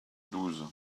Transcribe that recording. douze